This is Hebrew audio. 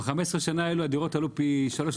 ב-15 שנה האלה הדירות עלו פי שלוש ופי ארבע.